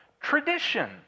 tradition